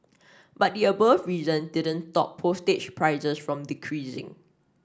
but the above reason didn't stop postage prices from decreasing